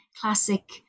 classic